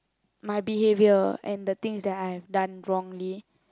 my behavior and the things that I have done wrongly